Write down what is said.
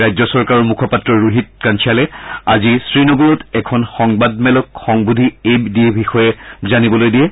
ৰাজ্য চৰকাৰৰ মুখপাত্ৰ ৰোহিত কাঞ্চালে আজি শ্ৰীনগৰত এখন সংবাদমেলক সম্বোধন কৰি এই বিষয়ে জানিবলৈ দিয়ে